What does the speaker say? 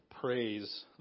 praise